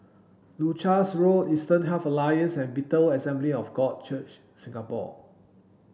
Leuchars Road Eastern Health Alliance and Bethel Assembly of God Church Singapore